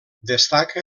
destaca